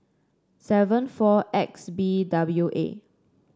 seven four X B W A